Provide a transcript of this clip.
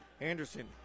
Anderson